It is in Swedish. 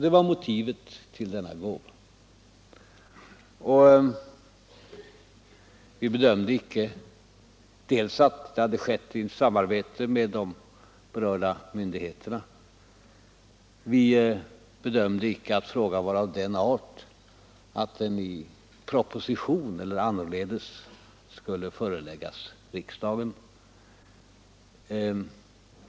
Det var motivet för denna gåva. Dessutom har överlämnandet skett i samarbete med de berörda myndigheterna. Vi bedömde det icke så att frågan var av den arten att den i proposition eller annorledes skulle föreläggas riksdagen.